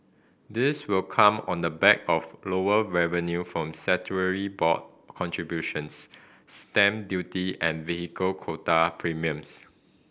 this will come on the back of lower revenue from board contributions stamp duty and vehicle quota premiums